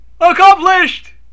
accomplished